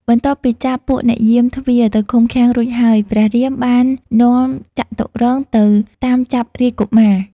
បន្ទាប់ពីចាប់ពួកអ្នកយាមទ្វារ ទៅឃុំឃាំងរួចហើយព្រះរាមបាននាំចតុរង្គទៅតាមចាប់រាជកុមារ។